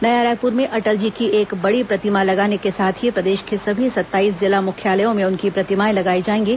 नया रायपुर में अटल जी की एक बड़ी प्रतिमा लगाने के साथ ही प्रदेश के सभी सत्ताईस जिला मुख्यालयों में उनकी प्रतिमाएं लगाई जाएंगी